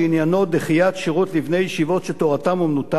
שעניינו דחיית שירות לבני ישיבות שתורתם-אומנותם,